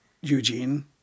Eugene